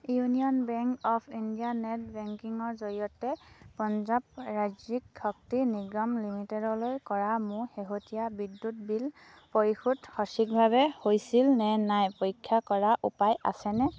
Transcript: union bank of India net banking ৰ জৰিয়তে পঞ্জাৱ ৰাজ্যিক শক্তি নিগম লিমিটেডলৈ কৰা মোৰ শেহতীয়া বিদ্যুৎ বিল পৰিশোধ সঠিকভাৱে হৈছিলনে নাই পৰীক্ষা কৰাৰ উপায় আছেনে